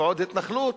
ועוד התנחלות,